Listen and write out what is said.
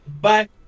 Bye